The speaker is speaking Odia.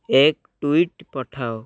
ଏକ ଟୁଇଟ୍ ପଠାଅ